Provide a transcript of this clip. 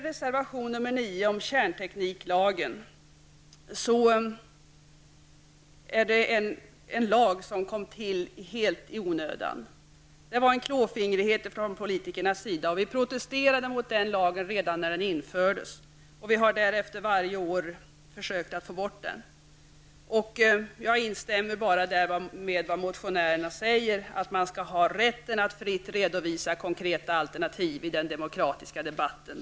Denna lag kom till helt i onödan. Det var klåfingrighet från politikernas sida som låg bakom lagen. Vi protesterade redan vid införandet av lagen. Sedan dess har vi varje år arbetat på att få bort den här lagen. Jag instämmer i vad motionärerna säger, nämligen att man skall ha rätt att fritt redovisa konkreta alternativ i den demokratiska debatten.